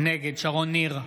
נגד שרון ניר,